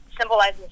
Symbolizes